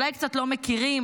אולי קצת לא מכירים.